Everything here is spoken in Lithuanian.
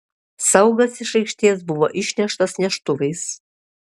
saugas iš aikštės buvo išneštas neštuvais